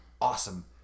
awesome